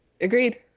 Agreed